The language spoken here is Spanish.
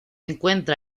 encuentra